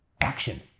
action